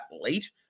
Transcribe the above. late